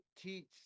teach